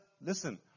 listen